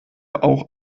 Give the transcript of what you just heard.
auch